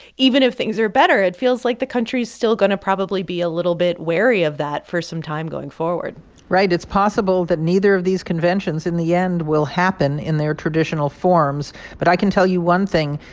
even if things are better, it feels like the country's still going to probably be a little bit wary of that for some time going forward right. it's possible that neither of these conventions in the end will happen in their traditional forms. but i can tell you one thing.